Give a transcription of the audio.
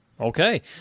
Okay